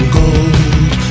gold